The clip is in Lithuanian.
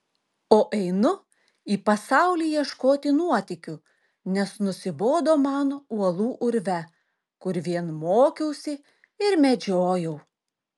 o einu į pasaulį ieškoti nuotykių nes nusibodo man uolų urve kur vien mokiausi ir medžiojau